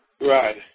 Right